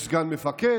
יש סגן מפקד,